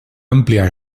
àmplia